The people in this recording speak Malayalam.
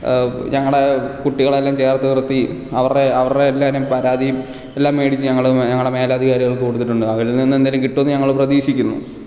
ഞങ്ങളുടെ കുട്ടികളെ എല്ലാം ചേർത്ത് നിർത്തി അവരുടെ അവരുടെ എല്ലാവരുടെയും പരാതിയും എല്ലാം മേടിച്ച് ഞങ്ങൾ ഞങ്ങളുടെ മേലധികാരികൾക്ക് കൊടുത്തിട്ടുണ്ട് അവരിൽ നിന്ന് എന്തെങ്കിലും കിട്ടുമെന്ന് ഞങ്ങൾ പ്രതീക്ഷിക്കുന്നു